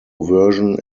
version